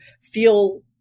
feel